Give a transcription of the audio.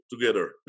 together